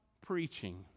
preaching